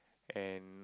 and